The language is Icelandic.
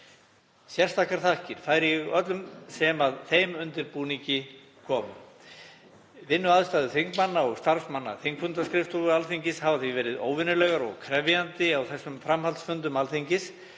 Sérstakar þakkir færi ég öllum sem að þeim undirbúningi komu. Vinnuaðstæður þingmanna og starfsmanna þingfundaskrifstofu Alþingis hafa því verið óvenjulegar og krefjandi á þessum framhaldsfundum Alþingis.